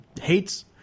hates